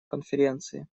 конференции